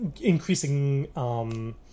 increasing